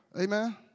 Amen